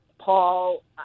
Paul